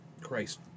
Christ